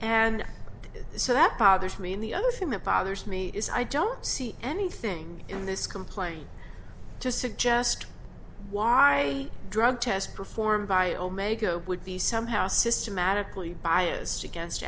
and so that bothers me and the other thing that bothers me is i don't see anything in this complaint to suggest why drug test performed by omega would be somehow systematically biased against